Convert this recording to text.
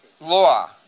law